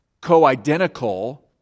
co-identical